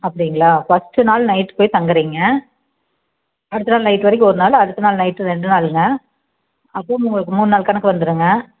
அப்படிங்களா ஃபஸ்ட்டு நாள் நைட்டு போய் தங்குகிறீங்க அடுத்த நாள் நைட் வரைக்கும் ஒரு நாள் அடுத்த நாள் நைட்டு ரெண்டு நாளுங்க அப்போது உங்களுக்கு மூணு நாள் கணக்கு வந்துடுங்க